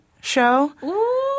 show